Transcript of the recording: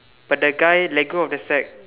but the guy let go of the sack